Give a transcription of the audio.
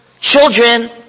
children